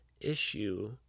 issue